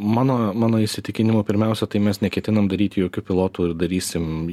mano mano įsitikinimu pirmiausia tai mes neketinam daryti jokių pilotų ir darysim